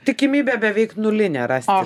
tikimybė beveik nulinė rasti